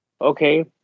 Okay